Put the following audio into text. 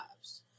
lives